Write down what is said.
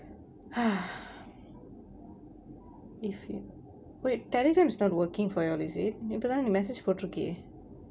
if you wait telegram is not working for y'all is it then இப்ப தான நீ:ippa thaana nee message போட்டிருக்கியே:pottirukkiyae